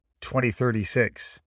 2036